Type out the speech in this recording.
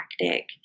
tactic